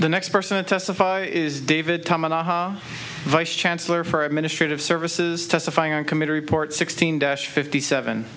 the next person to testify is david thomas vice chancellor for administrative services testifying in committee report sixteen dash fifty seven